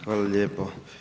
Hvala lijepo.